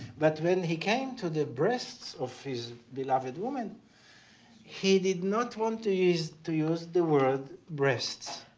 but when he came to the breasts of his beloved woman he did not want to use to use the word breasts.